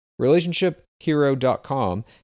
RelationshipHero.com